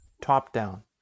top-down